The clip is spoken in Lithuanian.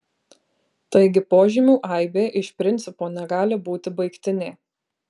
taigi požymių aibė iš principo negali būti baigtinė